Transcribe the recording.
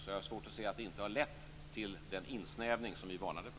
Och jag har svårt att se att det inte har lett till den insnävning som vi varnade för.